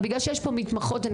יש פה מתמחות,